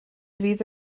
fydd